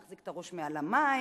להחזיק את הראש מעל המים,